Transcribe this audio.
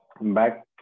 back